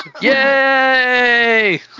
Yay